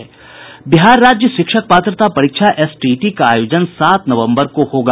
बिहार राज्य शिक्षक पात्रता परीक्षा एसटीईटी का आयोजन सात नवंबर को होगा